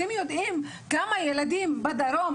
אתם יודעים כמה ילדים בדרום,